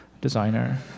designer